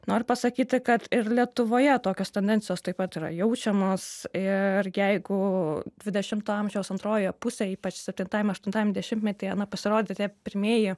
noriu pasakyti kad ir lietuvoje tokios tendencijos taip pat yra jaučiamos ir jeigu dvidešimto amžiaus antrojoje pusėj ypač septintajam aštuntajam dešimtmetyje na pasirodė tie pirmieji